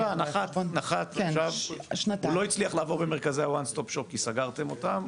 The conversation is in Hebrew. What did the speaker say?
לא הצליח לעבור במרכזי ה- One stop shop כי סגרתם אותם,